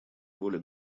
воли